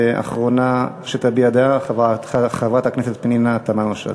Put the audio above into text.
ואחרונה שתביע דעה, חברת הכנסת פנינה תמנו-שטה.